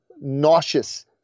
nauseous